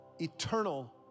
eternal